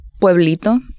pueblito